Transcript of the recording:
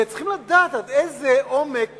והם צריכים לדעת עד איזה עומק